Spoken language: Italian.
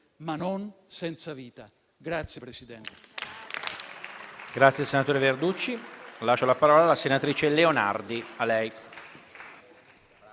ma non senza vita.